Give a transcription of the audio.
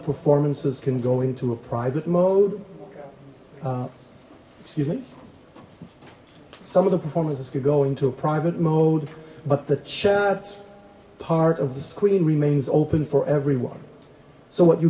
performances can go into a private mode excuse me some of the performances could go into a private mode but the chat part of the screen remains open for everyone so what you